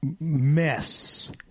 mess